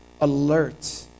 alert